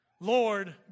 Lord